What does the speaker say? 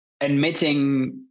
admitting